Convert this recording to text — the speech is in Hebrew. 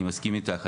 אני מסכים איתך.